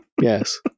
Yes